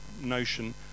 notion